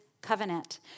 covenant